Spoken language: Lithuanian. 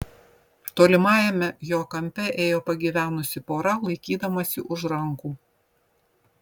tolimajame jo kampe ėjo pagyvenusi pora laikydamasi už rankų